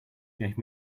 gave